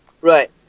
Right